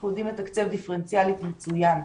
אנחנו יודעים לתקצב דיפרנציאלית מצוין.